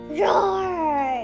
roar